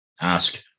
ask